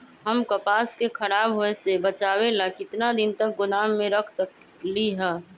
हम कपास के खराब होए से बचाबे ला कितना दिन तक गोदाम में रख सकली ह?